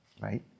right